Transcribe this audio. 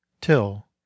till